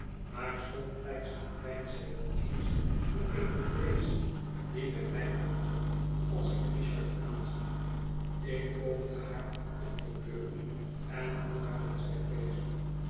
maar somtijds verdwijnt zij wel eens voor eene vrees die bij mij opkomt als ik richard aanzie ik poogde haar op te beuren en vroeg haar wat zij vreesde